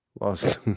lost